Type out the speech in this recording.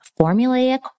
formulaic